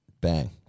bang